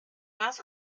más